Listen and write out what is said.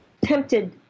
tempted